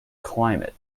climate